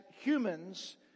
humans